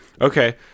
Okay